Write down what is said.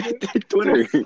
Twitter